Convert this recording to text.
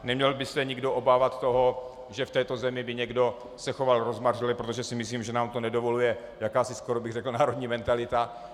Neměl by se nikdo obávat toho, že v této zemi by někdo se choval rozmařile, protože si myslím, že nám to nedovoluje jakási, skoro bych řekl, národní mentalita.